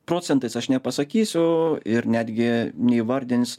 procentais aš nepasakysiu ir netgi neįvardins